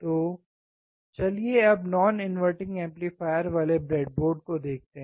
तो चलिए अब नॉन इनवर्टिंग एम्पलीफायर वाले ब्रेडबोर्ड को देखते हैं